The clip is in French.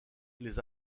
les